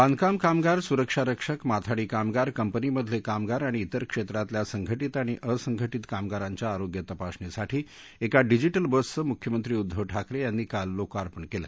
बांधकाम कामगार सुरक्षा रक्षक माथाडी कामगार कंपनीमधले कामगार आणि विर क्षेत्रातल्या संघटीत आणि असंघटित कामगारांच्या आरोग्य तपासणीसाठी एका डिजिटल बसचं मुख्यमंत्री उद्दव ठाकरे यांनी काल लोकार्पण केलं